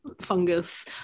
fungus